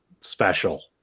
special